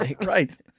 Right